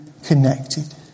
connected